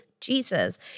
Jesus